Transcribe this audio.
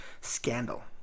scandal